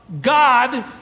God